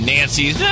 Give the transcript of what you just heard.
Nancy's